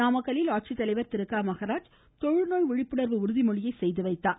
நாமக்கல்லில் ஆட்சித்தலைவர் திரு க மெகராஜ் தொழுநோய் விழிப்புணர்வு உறுதிமொழியை செய்துவைத்தார்